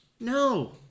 No